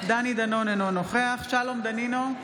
דני דנון, אינו נוכח שלום דנינו,